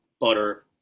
butter